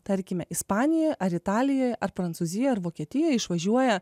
tarkime ispanijoj ar italijoj ar prancūzijoj ar vokietijoj išvažiuoja